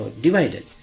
divided